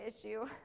issue